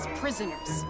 prisoners